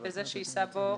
וזה שיישא בו